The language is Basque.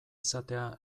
izatea